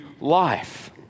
life